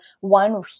one